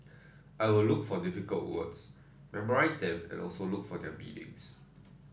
I will look for difficult words memorise them and also look for their meanings